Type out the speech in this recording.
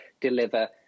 deliver